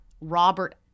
Robert